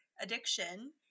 addiction